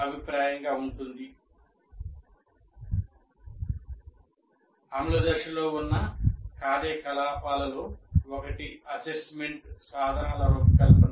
అమలు దశలో ఉన్న కార్యకలాపాలలో ఒకటి అసెస్మెంట్ సాధనాల రూపకల్పన